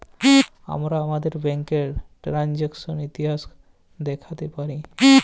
আমরা আমাদের ব্যাংকের টেরানযাকসন ইতিহাস দ্যাখতে পারি